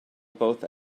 both